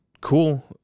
cool